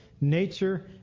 nature